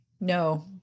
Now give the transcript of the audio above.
no